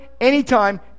anytime